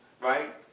right